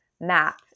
map